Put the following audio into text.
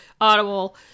Audible